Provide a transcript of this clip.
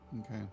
Okay